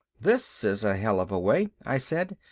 this is a hell of a way, i said,